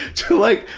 to like,